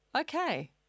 Okay